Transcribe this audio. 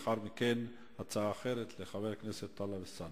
ולאחר מכן הצעה אחרת לחבר הכנסת טלב אלסאנע.